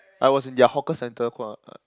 I was in their hawker centre